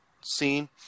scene